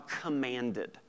commanded